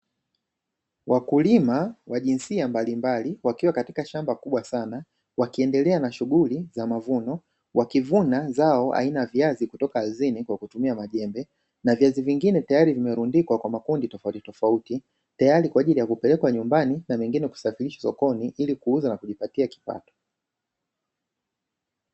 Wakulima wa jinsia mbalimbali wakiwa katika shamba kubwa sana, wakiendelea na shughuli za mavuno, wakivuna zao aina ya viazi kutoka ardhini kwa kutumia majembe na viazi vingine tayari vimerundikwa kwa makundi tofautitofauti, tayari kwa ajili ya kupelekwa nyumbani na mengine kusafirishwa sokoni ili kuuza na kujipatia kipato.